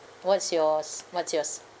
what's yours what's yours